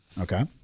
Okay